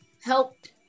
helped